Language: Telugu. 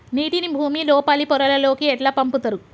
నీటిని భుమి లోపలి పొరలలోకి ఎట్లా పంపుతరు?